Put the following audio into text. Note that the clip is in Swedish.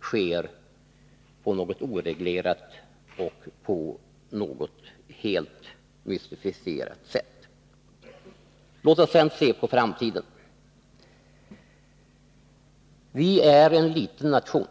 sker på något oreglerat och mystiskt sätt. Låt oss sedan se på framtiden. Sverige är en liten nation.